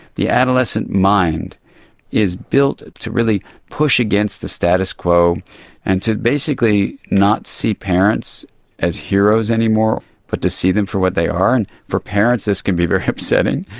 the adolescent mind is built to really push against the status quo and to basically not see parents as heroes anymore but to see them for what they are. and for parents this can be very upsetting,